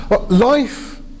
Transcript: Life